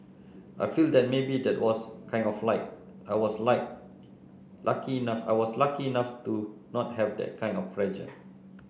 I feel that maybe that was kind of like I was like lucky enough I was lucky enough to not have that kind of pressure